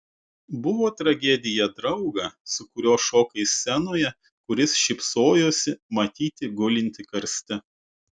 buvo tragedija draugą su kuriuo šokai scenoje kuris šypsojosi matyti gulintį karste